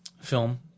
Film